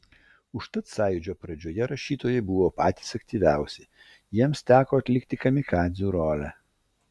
užtat sąjūdžio pradžioje rašytojai buvo patys aktyviausi jiems teko atlikti kamikadzių rolę